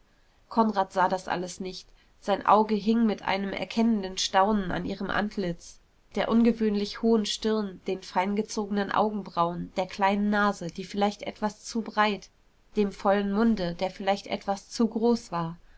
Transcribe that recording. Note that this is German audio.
konrad sah das alles nicht sein auge hing mit einem erkennenden staunen an ihrem antlitz der ungewöhnlich hohen stirn den fein gezogenen augenbrauen der kleinen nase die vielleicht etwas zu breit dem vollen munde der vielleicht etwas zu groß war